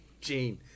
Gene